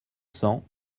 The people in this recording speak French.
cents